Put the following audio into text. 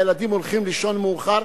הילדים הולכים לישון מאוחר,